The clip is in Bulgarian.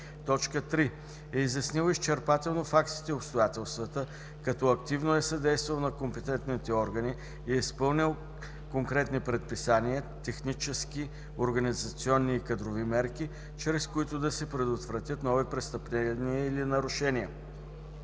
3. е изяснил изчерпателно фактите и обстоятелствата, като активно е съдействал на компетентните органи, и е изпълнил конкретни предписания, технически, организационни и кадрови мерки, чрез които да се предотвратят нови престъпления или нарушения.